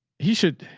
he should,